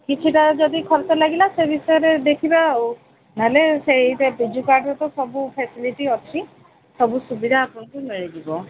କିଛିଟା ଯଦି ଖର୍ଚ୍ଚ ଲାଗିଲା ସେ ବିଷୟରେ ଦେଖିବା ଆଉ ନହେଲେ ସେଇଟା ବିଜୁ କାର୍ଡ଼୍ରେ ତ ସବୁ ଫ୍ୟାସିଲିଟି ଅଛି ସବୁ ସୁବିଧା ଆପଣଙ୍କୁ ମିଳିଯିବ